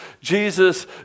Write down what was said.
Jesus